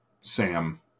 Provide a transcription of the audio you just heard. Sam